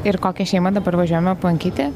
ir kokią šeimą dabar važiuojame aplankyti